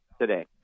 today